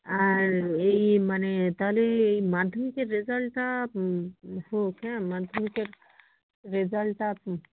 আর এই মানে তাহলে এই মাধ্যমিকের রেজাল্টটা হোক হ্যাঁ মাধ্যমিকের রেজাল্টটা আসুক